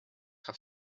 have